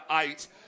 eight